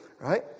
right